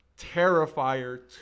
Terrifier